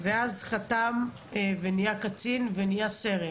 ואז חתם ונהיה סרן,